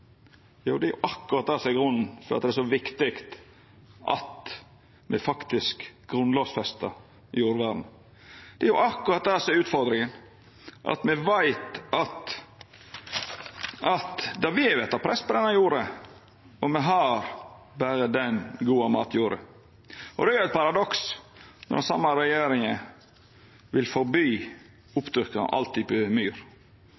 det er akkurat det som er grunnen til at det er så viktig at me faktisk grunnlovfestar jordvernet. Det er akkurat det som er utfordringa – at me veit at det vil verta press på denne jorda, og me har berre den gode matjorda. Det er eit paradoks når den same regjeringa vil forby oppdyrking av all type myr.